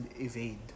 evade